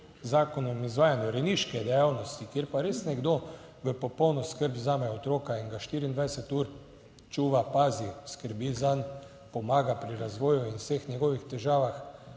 zakonom o izvajanju rejniške dejavnosti, kjer pa res nekdo v popolno skrb vzame otroka in ga 24 ur čuva, pazi, skrbi zanj, pomaga pri razvoju in vseh njegovih težavah,